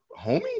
homie